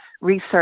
research